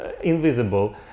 invisible